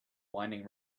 winding